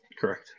Correct